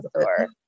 store